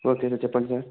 okay sir చెప్పండి sir